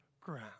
ground